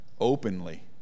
Openly